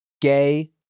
Gay